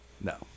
No